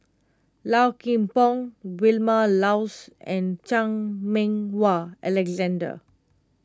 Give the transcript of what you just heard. Low Kim Pong Vilma Laus and Chan Meng Wah Alexander